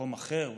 מקום אחר אולי.